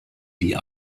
die